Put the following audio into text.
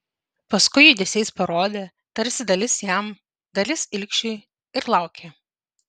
paskui judesiais parodė tarsi dalis jam dalis ilgšiui ir laukė